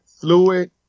fluid